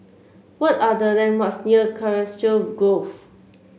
what are the landmarks near Colchester Grove